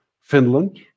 Finland